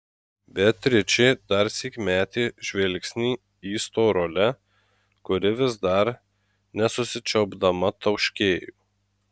beatričė darsyk metė žvilgsnį į storulę kuri vis dar nesusičiaupdama tauškėjo